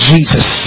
Jesus